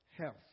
health